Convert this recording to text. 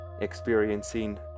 experiencing